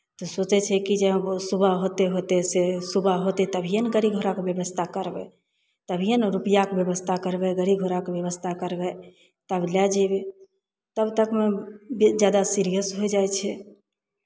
तऽ सोचै छै कि जे आब सुबह होतै होतै से सुबह होतै तभियए ने गाड़ी घोड़ाके व्यवस्था करबै तभिए ने रुपैआके व्यवस्था करबै गाड़ी घोड़ाके व्यवस्था करबै तब लए जयबै तब तकमे बे जादा सीरियस होय जाइ छै